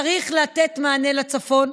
צריך לתת מענה לצפון,